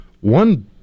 one